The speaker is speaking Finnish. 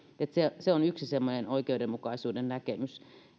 se se on yksi semmoinen oikeudenmukaisuuden näkemys